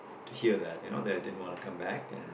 to hear that you know that I didn't wanna come back and